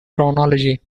chronology